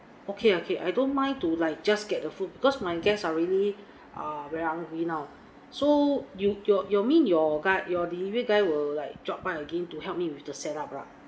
okay okay I don't mind to like just get the food because my guests are really uh very hungry now so you your you mean your guy your delivery guy will like drop by again to help me with the set-up lah